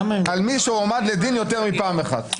שאתה משתף פעולה עם הדיון הזה למרות הדברים של חברתך.